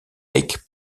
lake